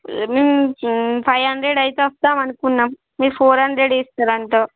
five hundred అయితే వస్తాము అనుకున్నాము మీరు ఫోర్ హండ్రెడే ఇస్తారంటావు